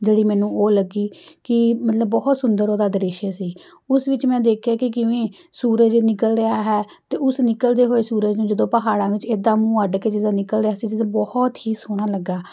ਜਿਹੜੀ ਮੈਨੂੰ ਉਹ ਲੱਗੀ ਕਿ ਮਤਲਬ ਬਹੁਤ ਸੁੰਦਰ ਉਹਦਾ ਦ੍ਰਿਸ਼ ਸੀ ਉਸ ਵਿੱਚ ਮੈਂ ਦੇਖਿਆ ਕਿ ਕਿਵੇਂ ਸੂਰਜ ਨਿਕਲ ਰਿਹਾ ਹੈ ਅਤੇ ਉਸ ਨਿਕਲਦੇ ਹੋਏ ਸੂਰਜ ਨੂੰ ਜਦੋਂ ਪਹਾੜਾਂ ਵਿੱਚ ਇੱਦਾਂ ਮੂੰਹ ਅੱਡ ਕੇ ਜਿਸ ਤਰ੍ਹਾਂ ਨਿਕਲ ਰਿਹਾ ਸੀ ਬਹੁਤ ਹੀ ਸੋਹਣਾ ਲੱਗਾ